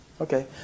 Okay